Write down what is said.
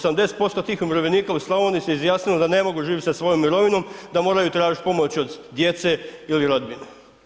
80% tih umirovljenika u Slavoniji se izjasnilo da ne mogu živjeti sa svojom mirovinom, da moraju tražiti pomoć od djece ili rodbine.